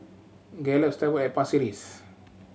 Gallop Stable at Pasir Ris